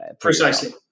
Precisely